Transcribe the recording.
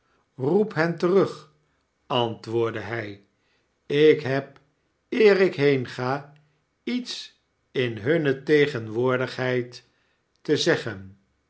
roep hen terug antwoordde hij ik heb eer ik heenga iets in hunne tegenwoordigheid te zeggen